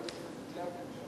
של עצמאות.